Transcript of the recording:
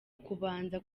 ukubanza